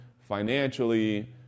financially